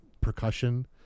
percussion